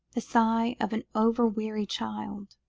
the sigh of an over-weary child,